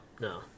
no